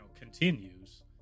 continues